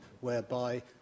whereby